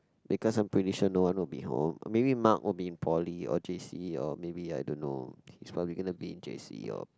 because I'm pretty sure no one will be home or maybe Mark will be in Poly or J_C or maybe I don't know he's probably gonna be in J_C or